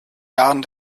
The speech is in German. jahren